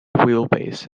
wheelbase